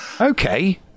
Okay